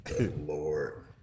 lord